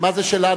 מה זה "שלנו"?